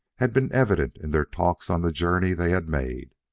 had been evident in their talks on the journey they had made.